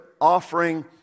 offering